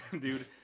dude